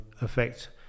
effect